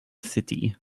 city